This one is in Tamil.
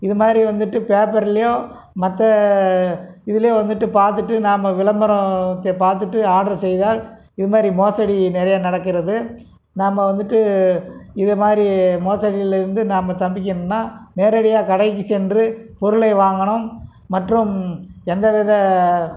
இது மாதிரி வந்துட்டு பேப்பர்லையோ மற்ற இதுலையோ வந்துட்டு பார்த்துட்டு நாம விளம்பரத்தை பார்த்துட்டு ஆடர் செய்தால் இது மாதிரி மோசடி நிறையா நடக்கிறது நாம வந்துட்டு இது மாதிரி மோசடியில் இருந்து நாம தப்பிக்கணும்ன்னா நேரடியாக கடைக்கு சென்று பொருளை வாங்கணும் மற்றும் எந்த வித